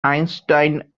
einstein